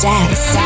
Dance